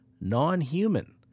non-human